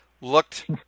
looked